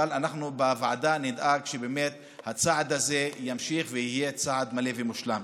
אבל אנחנו בוועדה נדאג שבאמת הצעד הזה ימשיך ויהיה צעד מלא ומושלם.